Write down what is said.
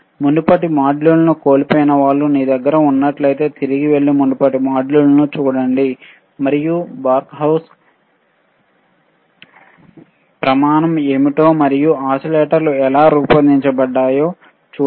మునుపటి మాడ్యూళ్ళను చూడని వాళ్ళు తిరిగి వెళ్లి మునుపటి మాడ్యూళ్ళను చూడండి మరియు బార్ఖౌసేన్ ప్రమాణం ఏమిటో మరియు ఓసిలేటర్లు ఎలా రూపొందించబడ్డాయి చూడండి